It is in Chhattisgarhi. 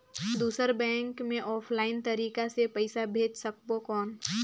दुसर बैंक मे ऑफलाइन तरीका से पइसा भेज सकबो कौन?